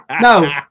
No